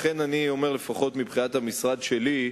לכן, לפחות מבחינת המשרד שלי,